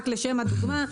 רק לשם הדוגמה,